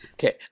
Okay